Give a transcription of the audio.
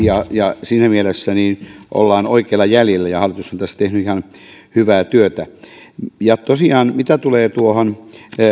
ja ja siinä mielessä ollaan oikeilla jäljillä ja hallitus on tässä tehnyt ihan hyvää työtä mitä tulee tuohon